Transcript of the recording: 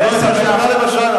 חברי חברי הכנסת,